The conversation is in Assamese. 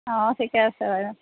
অঁ ঠিকে আছে বাৰু